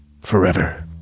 Forever